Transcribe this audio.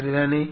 சரிதானே